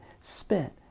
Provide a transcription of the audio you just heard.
spent